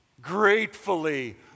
gratefully